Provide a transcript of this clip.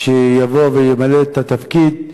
שיבוא וימלא את התפקיד,